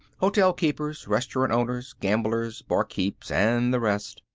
hotel keepers, restaurant owners, gamblers, barkeeps, and the rest.